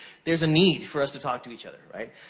there's a need for us to talk to each other, right?